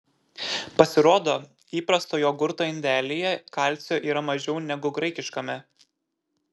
pasirodo įprasto jogurto indelyje kalcio yra mažiau negu graikiškame